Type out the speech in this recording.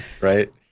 right